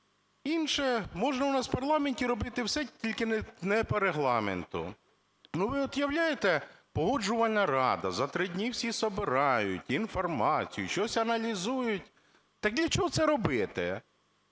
Інше, можна в нас у парламенті робити все, тільки не по Регламенту. Ви от уявляєте, Погоджувальна рада, за три дні всі собирають інформацію, щось аналізують. Так для чого це робити?